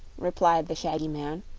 replied the shaggy man.